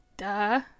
duh